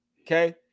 Okay